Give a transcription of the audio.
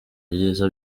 ibyiza